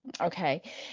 Okay